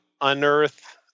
unearth